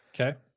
Okay